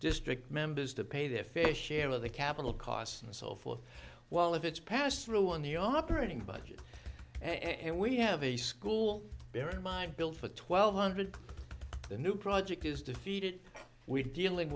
district members to pay their fair share of the capital costs and so forth well if it's passed through on the operating budget and we have a school bear in mind build for twelve hundred the new project is defeated we dealing